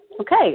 Okay